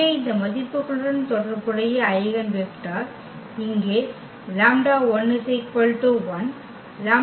எனவே இந்த மதிப்புகளுடன் தொடர்புடைய ஐகென் வெக்டர் இங்கே λ1 1 λ2 1